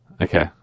Okay